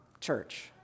church